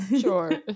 Sure